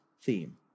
theme